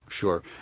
Sure